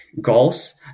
goals